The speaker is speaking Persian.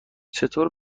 چطور